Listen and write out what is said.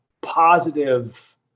positive